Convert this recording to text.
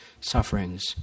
sufferings